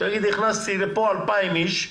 שהוא לא יוכל להגיד: הכנסתי לפה 2,000 איש,